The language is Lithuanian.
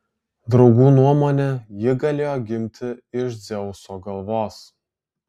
draugų nuomone ji galėjo gimti iš dzeuso galvos